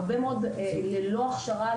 הרבה מאוד ללא הכשרה,